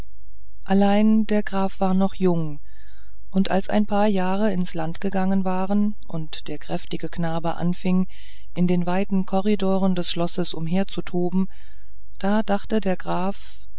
allein der graf war noch jung und als ein paar jahre ins land gegangen waren und der kräftige knabe anfing in den weiten korridoren des schlosses umherzutoben da dachte der graf